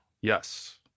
Yes